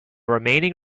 remaining